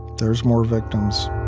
there's more victims.